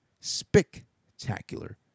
Spectacular